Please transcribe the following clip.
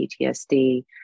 PTSD